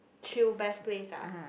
chill best place ah